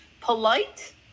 polite